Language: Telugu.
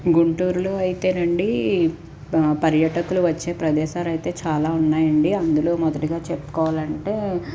గుంటూరులో అయితేనండి పర్యటకులు వచ్చే ప్రదేశాలు అయితే చాలా ఉన్నాయండి అందులో మొదటిగా చెప్పుకోవాలంటే